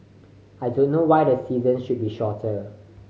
I don't know why the season should be shorter